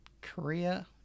Korea